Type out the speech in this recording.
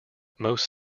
most